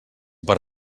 per